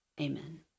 amen